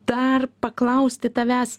dar paklausti tavęs